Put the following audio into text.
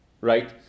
right